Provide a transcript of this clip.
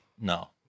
No